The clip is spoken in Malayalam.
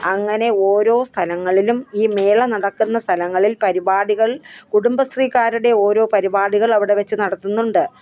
അങ്ങനെ ഓരോ സ്ഥലങ്ങളിലും ഈ മേള നടക്കുന്ന സ്ഥലങ്ങളിൽ പരിപാടികൾ കുടുംബശ്രീക്കാരുടെ ഓരോ പരിപാടികൾ അവിടെവച്ച് നടത്തുന്നുണ്ട്